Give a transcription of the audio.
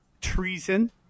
treason